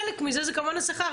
חלק מזה זה כמובן השכר,